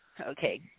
Okay